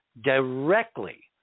directly